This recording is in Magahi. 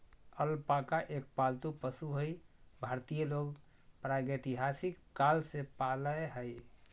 अलपाका एक पालतू पशु हई भारतीय लोग प्रागेतिहासिक काल से पालय हई